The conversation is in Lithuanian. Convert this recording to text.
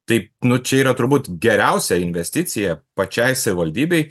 tai nu čia yra turbūt geriausia investicija pačiai savivaldybei